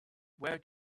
where